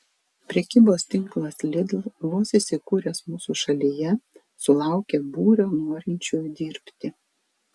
prekybos tinklas lidl vos įsikūręs mūsų šalyje sulaukė būrio norinčiųjų dirbti